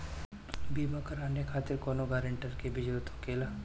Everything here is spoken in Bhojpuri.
बीमा कराने खातिर कौनो ग्रानटर के भी जरूरत होखे ला?